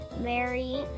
Mary